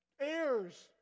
heirs